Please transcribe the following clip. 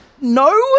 No